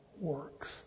works